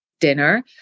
dinner